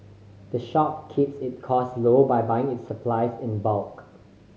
the shop keeps it cost low by buying its supplies in bulk